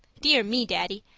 dear me, daddy,